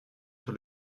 sur